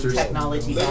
technology